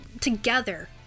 together